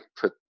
put